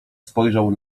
spojrzał